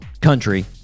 country